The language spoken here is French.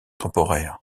temporaires